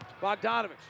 Bogdanovich